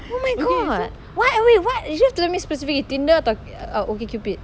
oh my god why wait what it's just let to me specific Tinder atau uh Okcupid